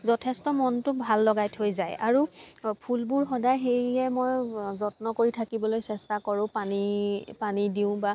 যথেষ্ট মনটো ভাল লগাই থৈ যায় আৰু ফুলবোৰ সদায় সেইয়ে মই যত্ন কৰি থাকিবলৈ চেষ্টা কৰোঁ পানী পানী দিওঁ বা